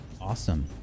Awesome